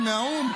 היא מהאו"ם.